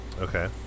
Okay